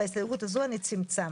אני יכולה לנמק?